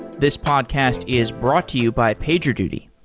this podcast is brought to you by pagerduty.